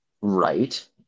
Right